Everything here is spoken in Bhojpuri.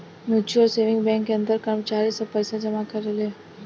म्यूच्यूअल सेविंग बैंक के अंदर कर्मचारी सब पइसा जमा करेले